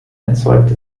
erzeugt